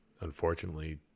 Unfortunately